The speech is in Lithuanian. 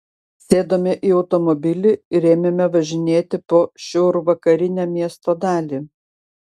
sėdome į automobilį ir ėmėme važinėti po šiaurvakarinę miesto dalį